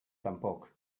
tampoc